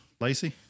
Lacey